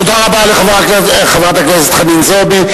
תודה רבה לחברת הכנסת חנין זועבי.